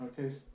Okay